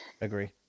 agree